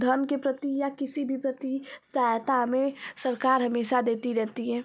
धन के प्रति या किसी भी प्रति सहायता हमें सरकार हमेशा देती रहती है